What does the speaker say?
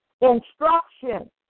instruction